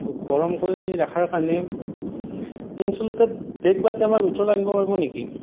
তো গৰম কৰি ৰখাৰ কাৰণে ইনচুলেটেড বেগ বা টেমাৰ ভিতৰত আনিব পাৰিব নেকি